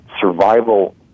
survival